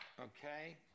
Okay